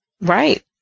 Right